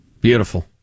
Beautiful